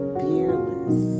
fearless